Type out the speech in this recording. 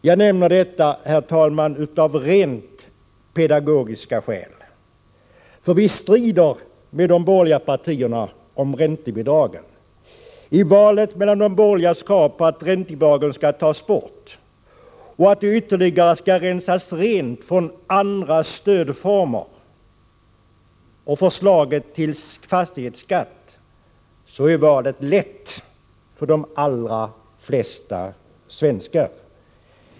Jag nämner detta, herr talman, av rent pedagogiska skäl, för vi strider med de borgerliga om räntebidragen. Val mellan de borgerligas krav på att räntebidragen skall tas bort och att det ytterligare skall rensas rent från andra stödformer och förslaget till fastighetsskatt är lätt för de allra flesta svenskar.